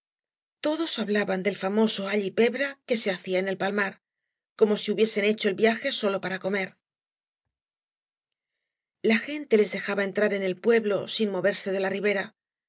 todos hablaban del famoso all y pebre que se hacia en el palmar como si hubiesen hecho el viaje tólo para comer la gente les dejaba entrar en ei pueblo sin moverse de la ribera